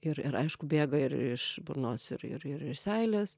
ir ir aišku bėga ir iš burnos ir ir ir ir seilės